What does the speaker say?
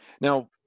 Now